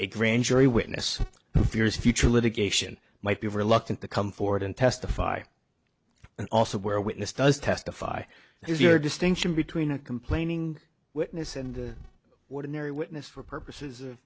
a grand jury witness peers future litigation might be reluctant to come forward and testify and also where witness does testify there's your distinction between a complaining witness and the ordinary witness for purposes